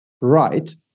right